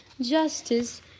justice